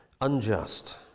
Unjust